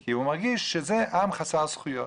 כי הוא מרגיש שזה עם חסר זכויות.